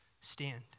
stand